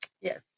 Yes